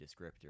descriptor